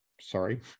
sorry